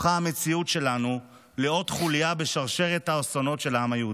הפכה המציאות שלנו לעוד חוליה בשרשרת האסונות של העם היהודי.